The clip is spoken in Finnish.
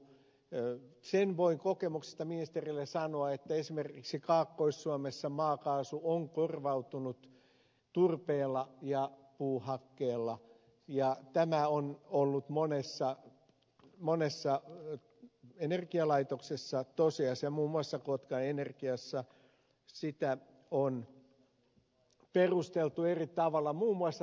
sen voin kokemuksesta ministerille sanoa että esimerkiksi kaakkois suomessa maakaasu on korvautunut turpeella ja puuhakkeella ja tämä on ollut monessa energialaitoksessa tosiasia muun muassa kotkan energiassa sitä on perusteltu eri tavalla muun muassa taloudellisesti